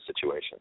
situation